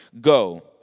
Go